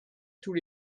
tous